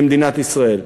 במדינת ישראל.